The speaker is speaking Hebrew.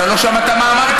אתה לא שמעת מה אמרתי.